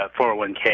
401k